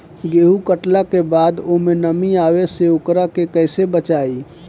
गेंहू कटला के बाद ओमे नमी आवे से ओकरा के कैसे बचाई?